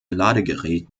ladegerät